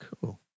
cool